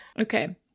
Okay